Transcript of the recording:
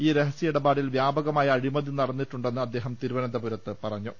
ഈ രഹസ്യ ഇടപാടിൽ വ്യാപകമായ അഴിമതി നടന്നിട്ടുണ്ടെന്ന് അദ്ദേഹം തിരുവനന്തപുരത്ത് പറഞ്ഞു